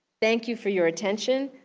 thank you for your attention.